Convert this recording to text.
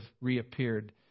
reappeared